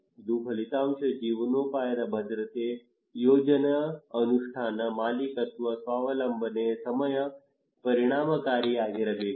ಮತ್ತು ಫಲಿತಾಂಶ ಜೀವನೋಪಾಯದ ಭದ್ರತೆ ಯೋಜನೆ ಅನುಷ್ಠಾನ ಮಾಲೀಕತ್ವ ಸ್ವಾವಲಂಬನೆ ಸಮಯ ಪರಿಣಾಮಕಾರಿಯಾಗಿರಬೇಕು